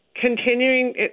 continuing